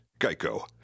Geico